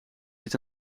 ziet